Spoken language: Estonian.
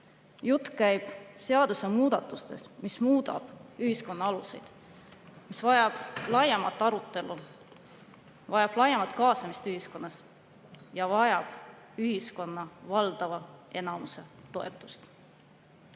Jutt käib seadusemuudatusest, mis muudab ühiskonna aluseid. See vajab laiemat arutelu, vajab laiemat kaasamist ühiskonnas ja vajab ühiskonna valdava enamuse toetust.